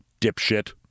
dipshit